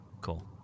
cool